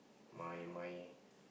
my my